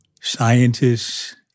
scientists